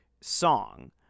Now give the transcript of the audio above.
song